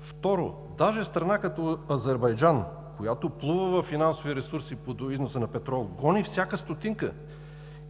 Второ, даже страна като Азербайджан, която плува във финансови ресурси по износа на петрол, гони всяка стотинка